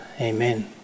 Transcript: amen